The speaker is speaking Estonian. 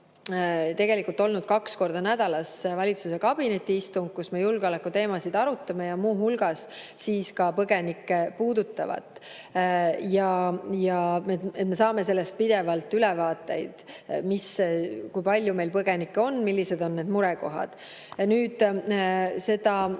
praegu olnud kaks korda nädalas valitsuse kabinetiistung, kus me julgeolekuteemasid arutame ja muu hulgas põgenikke puudutavat. Me saame sellest pidevalt ülevaateid, kui palju meil põgenikke on ja millised on need murekohad. Oli meil